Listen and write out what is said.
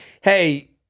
hey